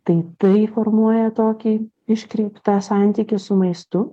taip tai formuoja tokį iškreiptą santykį su maistu